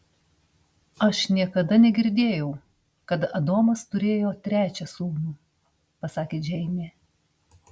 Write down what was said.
aš niekada negirdėjau kad adomas turėjo trečią sūnų pasakė džeinė